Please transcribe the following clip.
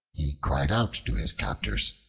he cried out to his captors,